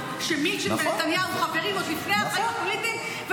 שמילצ'ן ונתניהו חברים עוד לפני החיים הפוליטיים,